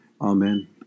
Amen